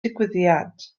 digwyddiad